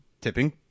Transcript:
tipping